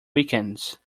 weekends